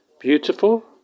Beautiful